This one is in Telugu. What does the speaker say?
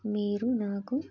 మీరు నాకు